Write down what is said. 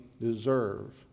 deserve